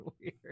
weird